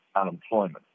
unemployment